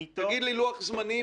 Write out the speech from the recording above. תגיד לי לוח זמנים,